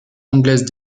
anglaises